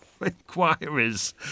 inquiries